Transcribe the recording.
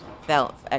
felt